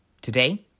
Today